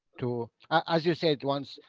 to, as you said once,